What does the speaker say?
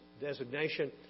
designation